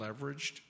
leveraged